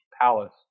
palace